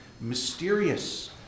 mysterious